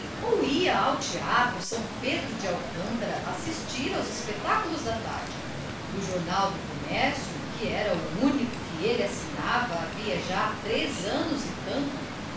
ou ia ao teatro são pedro de alcântara assistir aos espetáculos da tarde do jornal do comércio que era o único que ele assinava havia já três anos e tanto